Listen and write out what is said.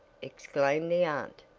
exclaimed the aunt.